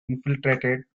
infiltrated